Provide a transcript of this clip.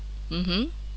mmhmm